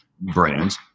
brands